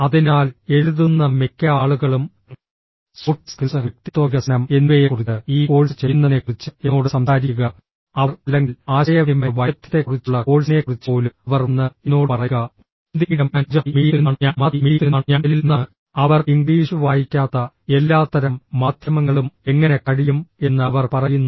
അതിനാൽ എഴുതുന്ന മിക്ക ആളുകളും സോഫ്റ്റ് സ്കിൽസ് വ്യക്തിത്വ വികസനം എന്നിവയെക്കുറിച്ച് ഈ കോഴ്സ് ചെയ്യുന്നതിനെക്കുറിച്ച് എന്നോട് സംസാരിക്കുക അവർ അല്ലെങ്കിൽ ആശയവിനിമയ വൈദഗ്ധ്യത്തെക്കുറിച്ചുള്ള കോഴ്സിനെക്കുറിച്ച് പോലും അവർ വന്ന് എന്നോട് പറയുക ഹിന്ദി മീഡിയം ഞാൻ ഗുജറാത്തി മീഡിയത്തിൽ നിന്നാണ് ഞാൻ മറാത്തി മീഡിയത്തിൽ നിന്നാണ് ഞാൻ തെലുങ്കിൽ നിന്നാണ് അവർ ഇംഗ്ലീഷ് വായിക്കാത്ത എല്ലാത്തരം മാധ്യമങ്ങളും എങ്ങനെ കഴിയും എന്ന് അവർ പറയുന്നു